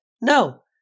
no